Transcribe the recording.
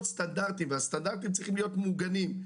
סטנדרטים והסטנדרטים צריכים להיות מעוגנים,